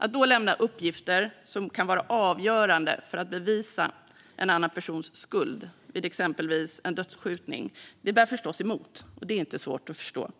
Att då lämna uppgifter som kan vara avgörande för att bevisa en annan persons skuld vid exempelvis en dödsskjutning bär förstås emot; det är inte svårt att förstå.